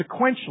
sequentially